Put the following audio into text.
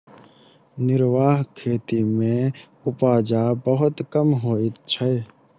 निर्वाह खेती मे उपजा बड़ कम होइत छै